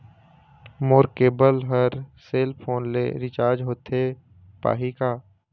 मोर केबल हर cell phone से रिचार्ज होथे पाही का?